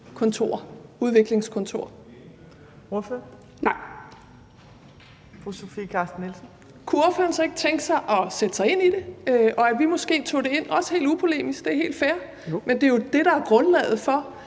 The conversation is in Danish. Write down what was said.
Fru Sofie Carsten Nielsen. Kl. 16:26 Sofie Carsten Nielsen (RV): Kunne ordføreren så ikke tænke sig at sætte sig ind i det, og at vi måske tog det ind? Det er også helt upolemisk; det er helt fair. Men det er jo det, der er grundlaget for,